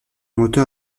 moteur